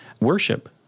worship